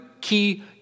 key